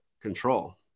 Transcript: control